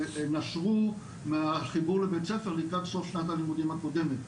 שנשרו מהחיבור לבית הספר לקראת סוף שנת הלימודים הקודמת,